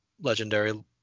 legendary